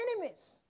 enemies